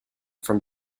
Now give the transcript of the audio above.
from